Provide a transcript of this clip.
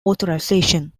authorization